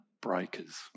breakers